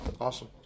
Awesome